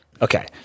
Okay